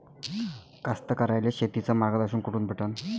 कास्तकाराइले शेतीचं मार्गदर्शन कुठून भेटन?